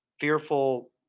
fearful